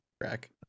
crack